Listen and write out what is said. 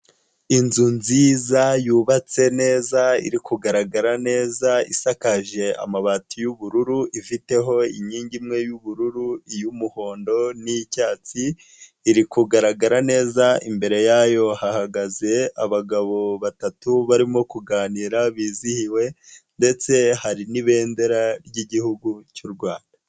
Inzu nziza yubatse neza iri kugaragara neza, isakaje amabati y'ubururu, ifiteho inkingi imwe y'ubururu, iy'umuhondo n'iy'icyatsi, iri kugaragara neza, imbere yayo hahagaze abagabo batatu barimo kuganira bizihiwe ndetse hari n'ibendera ry'Igihugu cy' u Rwanda.